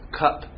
cup